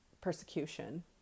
persecution